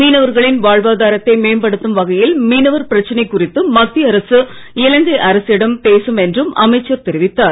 மீனவர்களின் வாழ்வாதாரத்தை மேம்படுத்தும் வகையில் மீனவர் பிரச்சனை குறித்து மத்திய அரசு இலங்கை அரசிடம் பேசும் என்றும் அமைச்சர் தெரிவித்தார்